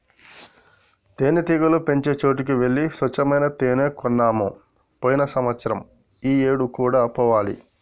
తేనెటీగలు పెంచే చోటికి వెళ్లి స్వచ్చమైన తేనే కొన్నాము పోయిన సంవత్సరం ఈ ఏడు కూడా పోవాలి